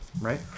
right